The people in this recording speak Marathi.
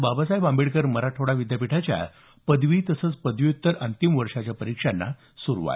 बाबासाहेब आंबेडकर मराठवाडा विद्यापीठाच्या पदवी तसंच पदव्युत्तर अंतिम वर्षाच्या परीक्षांना सुरुवात